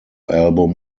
album